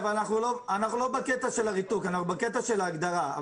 אנחנו לא בנושא הריתוק, אנחנו בנושא ההגדרה.